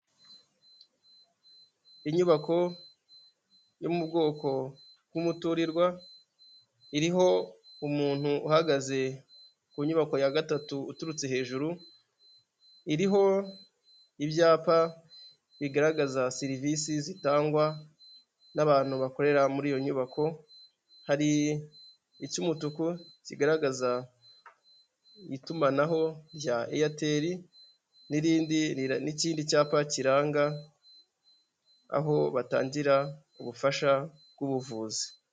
Inyubako yo mu bwoko bw'umuturirwa iriho umuntu uhagaze ku nyubako ya gatatu uturutse hejuru, iriho ibyapa bigaragaza serivise zitangwa n'abantu bakorera muri iyo nyubako, hari icy'umutuku kigaragaza itumanaho rya Eyateri n'ikindi cyapa kiranga aho batangira ubufasha bw'ubuvuzi.